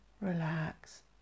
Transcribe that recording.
relax